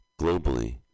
globally